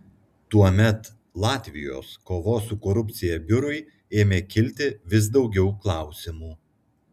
tuomet latvijos kovos su korupcija biurui ėmė kilti vis daugiau klausimų